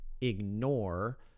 ignore